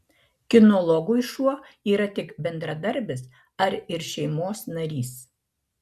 kinologui šuo yra tik bendradarbis ar ir šeimos narys